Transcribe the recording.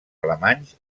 alemanys